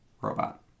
robot